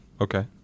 Okay